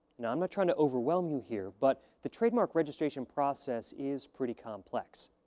now, i'm not trying to overwhelm you here, but the trademark registration process is pretty complex.